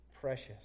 precious